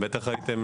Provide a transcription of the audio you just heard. זהירים, בטח ראיתם.